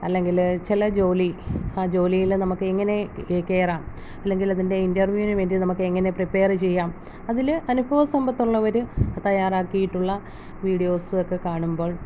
അല്ലെങ്കിൽ ചില ജോലി ആ ജോലിയില് നമുക്ക് എങ്ങനെ കയറാം അല്ലെങ്കിൽ അതിൻ്റെ ഇൻറ്റർവ്യൂവിന് വേണ്ടി നമുക്ക് എങ്ങനെ പ്രിപ്പയർ ചെയ്യാം അതില് അനുഭവസമ്പത്തുള്ളവര് തയ്യാറാക്കിട്ടുള്ള വീഡിയോസ് ഒക്കെ കാണുമ്പോൾ